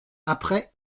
après